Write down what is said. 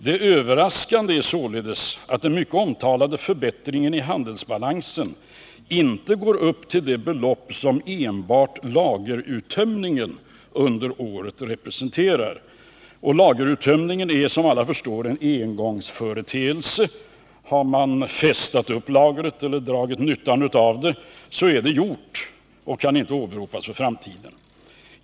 Det överraskande är således att den mycket omtalade förbättringen i handelsbalansen inte går upp till det belopp som enbart lageruttömningen under året representerar. Och lageruttömningen är som alla förstår en engångsföreteelse — har man festat upp lagret eller dragit nyttan av det så är det gjort och kan inte åberopas för framtiden.